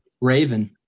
raven